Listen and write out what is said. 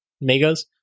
megas